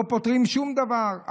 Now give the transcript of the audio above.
לא פותרים שום דבר.